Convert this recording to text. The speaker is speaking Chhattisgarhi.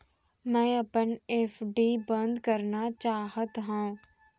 मै अपन एफ.डी बंद करना चाहात हव